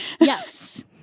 Yes